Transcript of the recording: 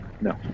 No